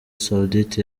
saudite